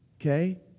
okay